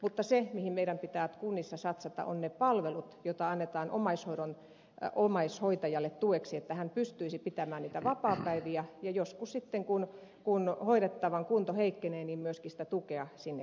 mutta se mihin meidän pitää kunnissa satsata on ne palvelut joita annetaan omaishoitajalle tueksi että hän pystyisi pitämään niitä vapaapäiviä ja joskus sitten kun hoidettavan kunto heikkenee saisi myöskin sitä tukea sinne kotiin